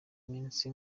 iminsi